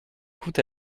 coûte